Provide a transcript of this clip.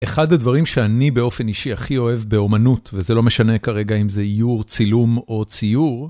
אחד הדברים שאני באופן אישי הכי אוהב באמנות, וזה לא משנה כרגע אם זה איור, צילום או ציור,